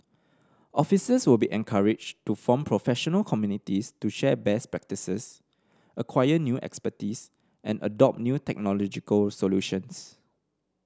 officers will be encouraged to form professional communities to share best practices acquire new expertise and adopt new technological solutions